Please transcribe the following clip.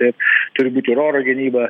taip turi būt ir oro gynyba